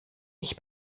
ich